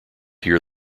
hear